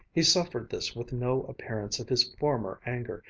he suffered this with no appearance of his former anger,